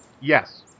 Yes